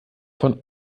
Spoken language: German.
von